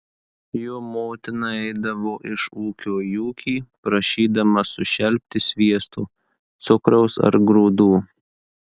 jo motina eidavo iš ūkio į ūkį prašydama sušelpti sviesto cukraus ar grūdų